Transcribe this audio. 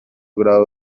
grado